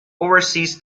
overseas